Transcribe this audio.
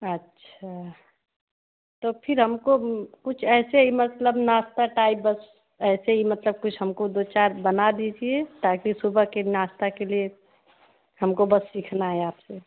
अच्छा तो फिर हमको कुछ ऐसे ही मतलब नाश्ता टाइप बस ऐसे ही मतलब कुछ हमको दो चार बना दीजिए ताकि सुबह के नाश्ता के लिए हमको बस सीखना हैं आपसे